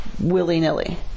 willy-nilly